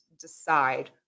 decide